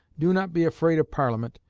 do not be afraid of parliament.